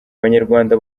abanyarwanda